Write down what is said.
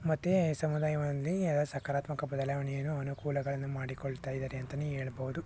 ಮತ್ತು ಸಮುದಾಯದಲ್ಲಿ ಎಲ್ಲ ಸಕಾರಾತ್ಮಕ ಬದಲಾವಣೆಯನ್ನು ಅನುಕೂಲಗಳನ್ನು ಮಾಡಿಕೊಳ್ತಾಯಿದ್ದಾರೆ ಅಂತಲೇ ಹೇಳ್ಬೋದು